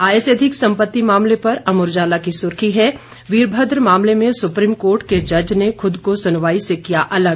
आय से अधिक संपत्ति मामले पर अमर उजाला की सुर्खी है वीरभद्र मामले में सुप्रीम कोर्ट के जज ने खुद को सुनवाई से किया अलग